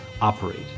operate